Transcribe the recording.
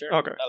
Okay